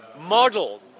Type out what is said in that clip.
model